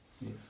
Yes